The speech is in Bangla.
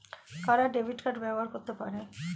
কারা ডেবিট কার্ড ব্যবহার করতে পারেন?